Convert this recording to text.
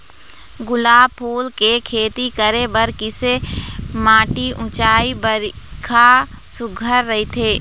गुलाब फूल के खेती करे बर किसे माटी ऊंचाई बारिखा सुघ्घर राइथे?